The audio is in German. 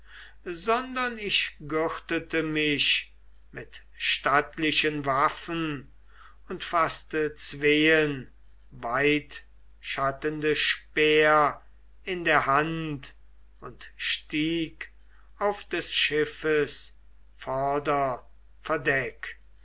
sondern ich gürtete mich mit stattlichen waffen und faßte zween weitschattende speer in der hand und stieg auf des schiffes vorderverdeck